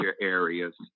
areas